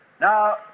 Now